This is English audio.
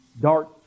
dark